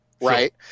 right